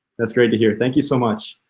that's great to hear, thank you so much.